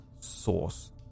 source